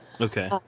Okay